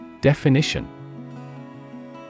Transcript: DEFINITION